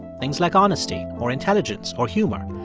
things like honesty or intelligence or humor.